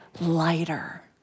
lighter